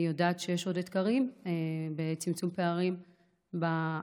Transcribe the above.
אני יודעת שיש עוד אתגרים בצמצום פערים בנתונים